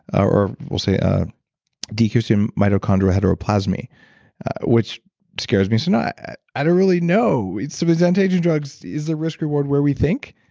or we'll say decrease in mitochondrial heteroplasm, which scares me, so now i don't really know. some of these anti-aging drugs, is the risk reward where we think?